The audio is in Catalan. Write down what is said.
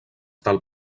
del